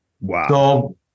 Wow